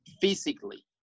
physically